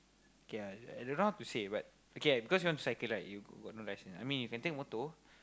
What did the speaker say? k ah I I don't know how to say but okay cause you want to cycle right but you got no license I mean you can take motor